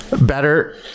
better